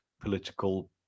political